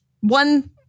one